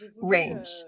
range